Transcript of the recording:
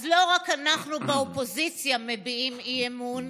אז לא רק אנחנו באופוזיציה מביעים אי-אמון,